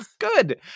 Good